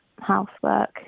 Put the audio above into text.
housework